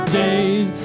days